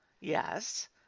Yes